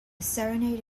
serenade